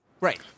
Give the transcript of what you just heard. Right